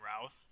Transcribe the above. Routh